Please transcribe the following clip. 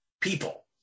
people